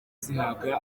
zihabwa